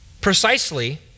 precisely